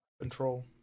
control